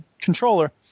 controller